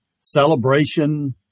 celebration